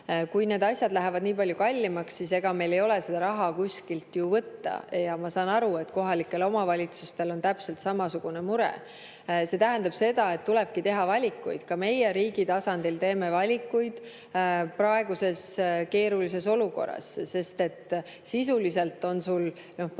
Kui need asjad lähevad nii palju kallimaks, siis ega meil ei ole seda raha kuskilt ju võtta, ja ma saan aru, et kohalikel omavalitsustel on täpselt samasugune mure. See tähendab seda, et tulebki teha valikuid. Ka meie riigi tasandil teeme valikuid praeguses keerulises olukorras, sest sisuliselt on põhimõtteliselt